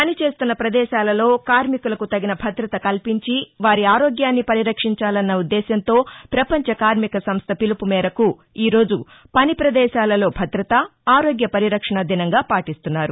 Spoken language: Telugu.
పనిచేస్తున్న పదేశాలలో కార్మికులకు తగిన భద్రత కల్పించి వారి ఆరోగ్యాన్ని పరిరక్షించాలన్న ఉద్దేశ్యంతో భ్రపంచ కార్మిక సంస్థ పిలుపు మేరకు ఈ రోజు పని భ్రదేశాలలో భ్రదత ఆరోగ్య పరిరక్షణా దినంగా పాటిస్తున్నారు